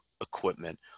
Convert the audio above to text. equipment